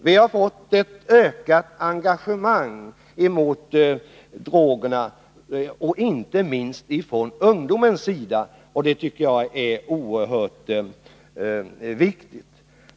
Vi har fått ett ökat engagemang som är riktat mot drogerna, inte minst ifrån ungdomens sida — och det tycker jag är oerhört viktigt.